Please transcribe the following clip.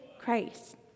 Christ